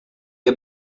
had